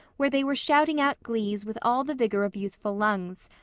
where they were shouting out glees with all the vigor of youthful lungs,